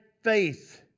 faith